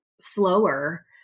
slower